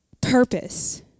purpose